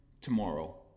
tomorrow